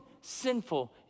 sinful